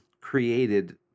created